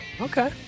Okay